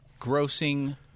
grossing